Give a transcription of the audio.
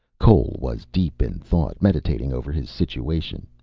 cole was deep in thought, meditating over his situation.